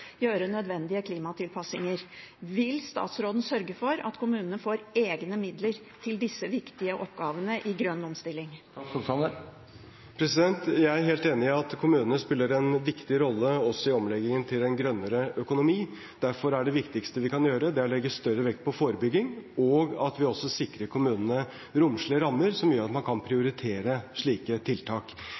gjøre nødvendige klimatilpasninger. Vil statsråden sørge for at kommunene får egne midler til disse viktige oppgavene i grønn omstilling? Jeg er helt enig i at kommunene spiller en viktig rolle også i omleggingen til en grønnere økonomi. Derfor er det viktigste vi kan gjøre, å legge større vekt på forebygging og å sikre kommunene romslige rammer som gjør at man kan prioritere slike tiltak.